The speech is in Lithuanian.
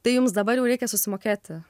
tai jums dabar jau reikia susimokėti